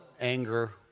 anger